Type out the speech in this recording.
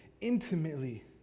intimately